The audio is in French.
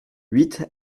huit